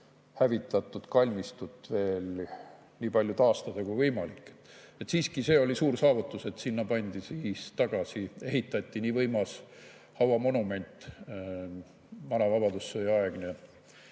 hävitatud kalmistut veel nii palju taastada, kui võimalik. Siiski, see oli suur saavutus, et sinna pandi tagasi, sinna ehitati nii võimas hauamonument, vana vabadussõjaaegne